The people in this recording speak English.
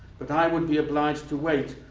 but i would be obliged to wait,